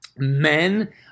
men